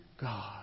God